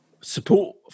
Support